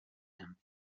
him